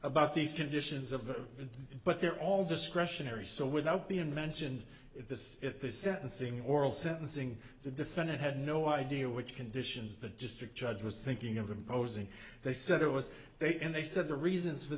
about these conditions of them but they're all discretionary so without being mentioned this at the sentencing oral sentencing the defendant had no idea which conditions the district judge was thinking of imposing they said it was they and they said the reasons for